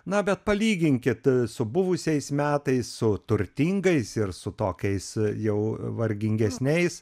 na bet palyginkit su buvusiais metais su turtingais ir su tokiais jau vargingesniais